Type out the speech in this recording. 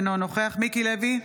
אינו נוכח מיקי לוי,